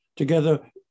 Together